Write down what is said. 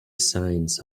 signs